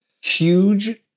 huge